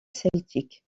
celtique